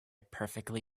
perfectly